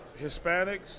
Hispanics